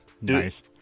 Nice